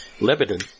Lebanon